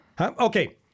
Okay